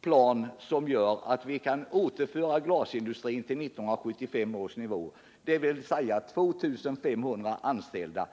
plan som gör att vi kan återföra glasindustrin till 1975 års nivå, dvs. 2 500 anställda.